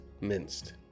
minced